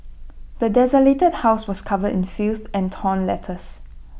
the desolated house was covered in filth and torn letters